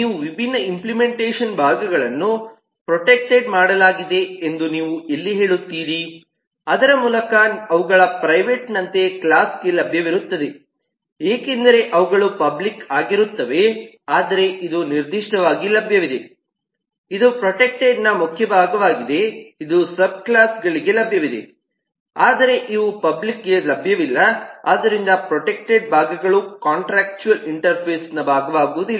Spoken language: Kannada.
ನೀವು ವಿಭಿನ್ನ ಇಂಪ್ಲೆಮೆಂಟೇಷನ್ ಭಾಗಗಳನ್ನು ಪ್ರೊಟೆಕ್ಟೆಡ್ ಮಾಡಲಾಗಿದೆ ಎಂದು ನೀವು ಎಲ್ಲಿ ಹೇಳುತ್ತೀರಿ ಅದರ ಮೂಲಕ ಅವುಗಳು ಪ್ರೈವೇಟ್ ನಂತೆ ಕ್ಲಾಸ್ಗೆ ಲಭ್ಯವಿರುತ್ತವೆ ಏಕೆಂದರೆ ಅವುಗಳು ಪಬ್ಲಿಕ್ ಆಗಿರುತ್ತವೆ ಆದರೆ ಇದು ನಿರ್ದಿಷ್ಟವಾಗಿ ಲಭ್ಯವಿದೆ ಇದು ಪ್ರೊಟೆಕ್ಟೆಡ್ನ ಮುಖ್ಯ ಭಾಗವಾಗಿದೆ ಇದು ಸಬ್ ಕ್ಲಾಸ್ಗಳಿಗೆ ಲಭ್ಯವಿದೆ ಆದರೆ ಇವು ಪಬ್ಲಿಕ್ಗೆ ಲಭ್ಯವಿಲ್ಲ ಆದ್ದರಿಂದ ಪ್ರೊಟೆಕ್ಟೆಡ್ ಭಾಗಗಳು ಕಾಂಟ್ರಾಕ್ಚುಅಲ್ ಇಂಟರ್ಫೇಸ್ನ ಭಾಗವಾಗುವುದಿಲ್ಲ